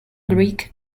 greek